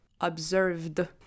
observed